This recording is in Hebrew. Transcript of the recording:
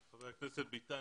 חבר הכנסת ביטן,